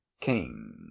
King